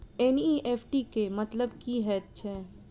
NEFT केँ मतलब की हएत छै?